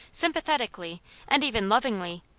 sympathetically and even lovingly,